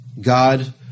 God